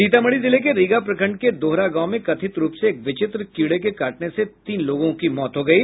सीतामढ़ी जिले के रीगा प्रखंड के दोहरा गांव में कथित रूप से एक विचित्र कीड़े के काटने से तीन लोगों की मौत हो गयी